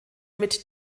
mit